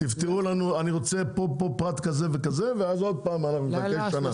אני רוצה פה פרט כזה וכזה ואז עוד פעם אנחנו נתעכב שנה.